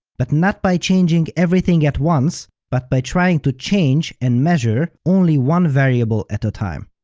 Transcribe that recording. but not by changing everything at once, but by trying to change and measure only one variable at a time.